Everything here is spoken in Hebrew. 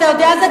אתה יודע את זה,